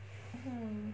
hmm